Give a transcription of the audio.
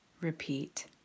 repeat